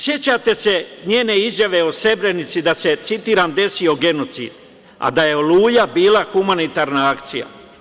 Sećate li se njene izjave o Srebrenici da se, citiram „desio genocid“, a da je „Oluja“ bila „humanitarna akcija“